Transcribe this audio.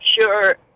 sure